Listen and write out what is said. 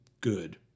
good